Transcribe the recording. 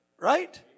Right